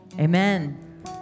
Amen